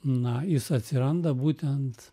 na jis atsiranda būtent